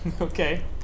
Okay